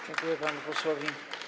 Dziękuję panu posłowi.